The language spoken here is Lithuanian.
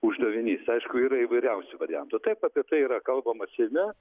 uždavinys aišku yra įvairiausių variantų taip apie tai yra kalbama seime